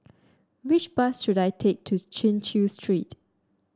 which bus should I take to Chin Chew Street